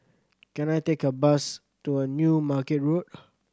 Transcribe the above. can I take a bus to a New Market Road